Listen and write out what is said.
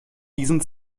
diesen